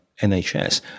NHS